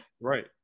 Right